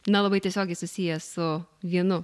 na labai tiesiogiai susijęs su vienu